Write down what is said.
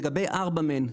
לגבי ארבע מהן,